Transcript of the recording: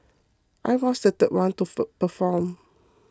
I was the one to perform